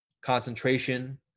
concentration